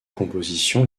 compositions